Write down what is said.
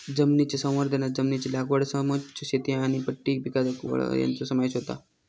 जमनीच्या संवर्धनांत जमनीची लागवड समोच्च शेती आनी पट्टी पिकावळ हांचो समावेश होता